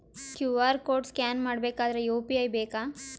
QR code scan ಮಾಡಬೇಕಾದರೆ UPI ಬೇಕಾ?